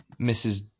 Mrs